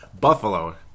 Buffalo